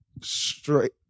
straight